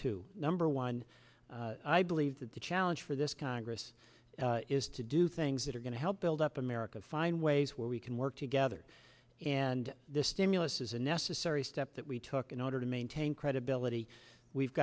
to number one i believe that the challenge for this congress is to do things that are going to help build up america find ways where we can work together and this stimulus is a necessary step that we took in order to maintain credibility we've